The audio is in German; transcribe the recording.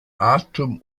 atem